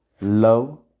Love